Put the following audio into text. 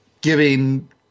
giving